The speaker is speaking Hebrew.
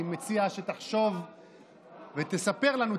אני מציע שתחשוב ותספר לנו,